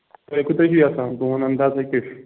تۄہہِ کوٗتاہ چھُو یَژھان تُہُنٛد اَنٛدازا کیٛاہ چھُ